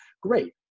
great